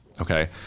okay